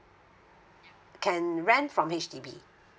can rent from H_D_B